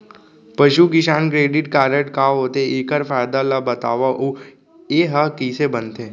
पसु किसान credit card का होथे, एखर फायदा ला बतावव अऊ एहा कइसे बनथे?